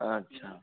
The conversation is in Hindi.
अच्छा